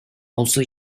also